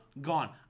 gone